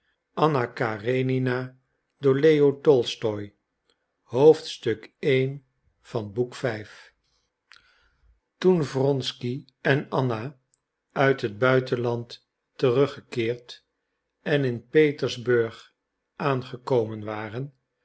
toen wronsky en anna uit het buitenland teruggekeerd en in petersburg aangekomen waren